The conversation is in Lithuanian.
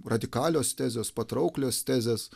radikalios tezės patrauklios tezės